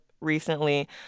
recently